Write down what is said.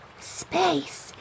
Space